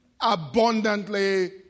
abundantly